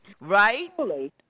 Right